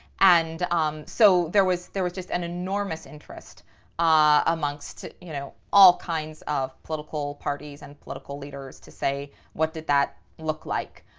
and um so there was there was just an enormous interest um amongst you know all kinds of political parties and political leaders to say what did that look like.